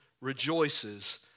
rejoices